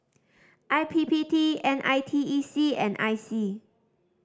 I P P T N I T E C and I C